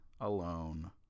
alone